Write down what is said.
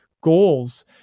goals